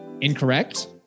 Incorrect